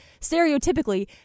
stereotypically